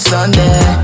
Sunday